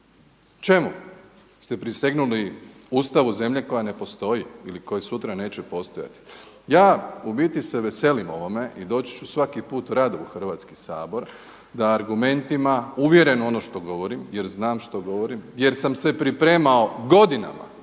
Čemu ste prisegnuli Ustavu zemlje koja ne postoji ili koja sutra neće postojati? Ja u biti se veselim ovome i doći ću svaki put rado u Hrvatski sabor da argumentima uvjeren u ono što govorim, jer znam što govorim, jer sam se pripremao godinama